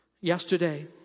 yesterday